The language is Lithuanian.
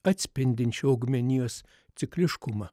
atspindinčių augmenijos cikliškumą